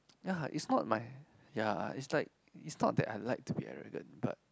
ya is not mine ya is like is thought that I like to be arrogant but